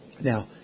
Now